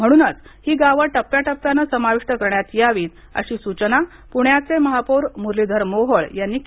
म्हणूनच ही गावं टप्प्याटप्प्याने समाविष्ट करण्यात यावीतअशी सूचना पुण्याचे महापौर मुरलीधर मोहोळ यानी केली आहे